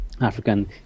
African